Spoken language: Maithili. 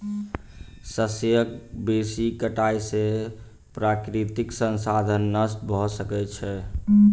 शस्यक बेसी कटाई से प्राकृतिक संसाधन नष्ट भ सकै छै